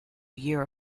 year